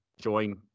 join